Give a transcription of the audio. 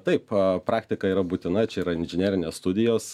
taip praktika yra būtina čia yra inžinerinės studijos